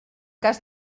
cas